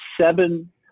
seven